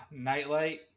Nightlight